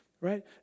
right